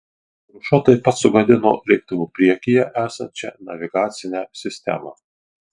kruša taip pat sugadino lėktuvo priekyje esančią navigacinę sistemą